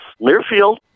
Learfield